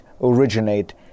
originate